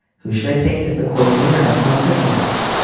who should they pick as the winner of more cooking hours?